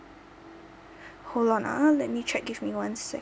hold on ah let me check give me one second